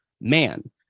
man